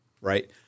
Right